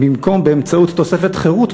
במקום באמצעות תוספת חירות,